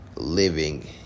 living